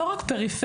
לא רק פריפריה.